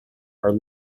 are